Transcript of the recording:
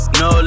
no